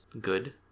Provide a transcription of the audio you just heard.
good